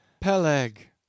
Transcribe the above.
Peleg